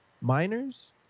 miners